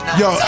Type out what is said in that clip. yo